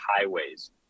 highways